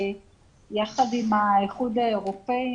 ויחד עם האיחוד האירופי,